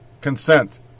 consent